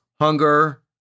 hunger